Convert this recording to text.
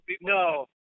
no